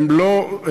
הם לא,